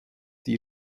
die